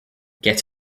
get